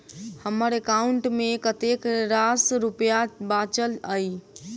हम्मर एकाउंट मे कतेक रास रुपया बाचल अई?